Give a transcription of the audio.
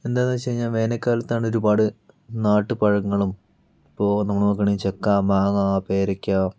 എന്താന്ന് വച്ച് കഴിഞ്ഞാൽ വേനൽക്കാലത്താണൊരുപാട് നാട്ട് പഴങ്ങളും ഇപ്പോൾ നമ്മള് നോക്കുവാണങ്കിൽ ചക്ക മാങ്ങ പേരക്ക